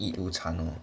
eat 午餐 all